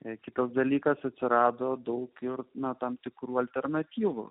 ne kitas dalykas atsirado daug ir nuo tam tikrų alternatyvų